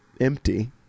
empty